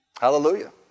Hallelujah